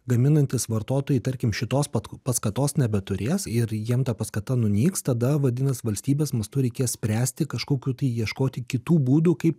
gaminantys vartotojai tarkim šitos pat paskatos nebeturės ir jiem ta paskata nunyks tada vadinas valstybės mastu reikės spręsti kažkokių tai ieškoti kitų būdų kaip